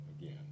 again